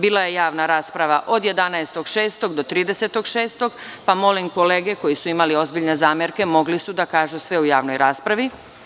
Bila je javna rasprava od 11. juna do30. juna, pa, molim kolege koji su imali ozbiljne zamerke mogli su da kažu sve u javnoj raspravi.